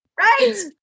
Right